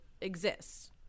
exists